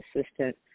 assistant